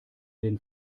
den